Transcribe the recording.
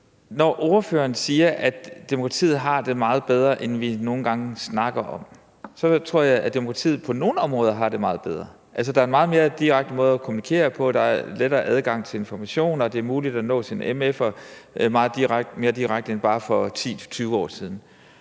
Ordføreren siger, at demokratiet har det meget bedre, end det nogle gange lyder, når vi snakker om det. Jeg tror, at demokratiet på nogle områder har det meget bedre, for der er en meget mere direkte måde at kommunikere på, der er lettere adgang til informationer, og det er muligt at nå sine MF'ere mere direkte end for bare 10-20 år siden.